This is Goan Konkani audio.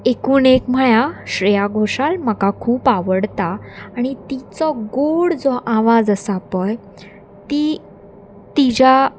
एकूण एक म्हळ्यार श्रेया घोशाल म्हाका खूब आवडटा आनी तिचो गोड जो आवाज आसा पळय ती तिच्या